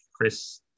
Chris